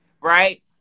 Right